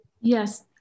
Yes